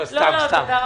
קטי,